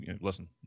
Listen